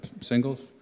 Singles